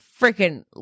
freaking